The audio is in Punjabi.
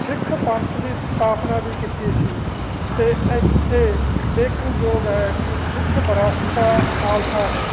ਸਿੱਖ ਪੰਥ ਦੀ ਸਥਾਪਨਾ ਵੀ ਕੀਤੀ ਸੀ ਅਤੇ ਇੱਥੇ ਦੇਖਣਯੋਗ ਹੈ ਕਿ ਸਿੱਖ ਵਿਰਾਸਤਾ ਖਾਲਸਾ ਹੈ